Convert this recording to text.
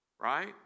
right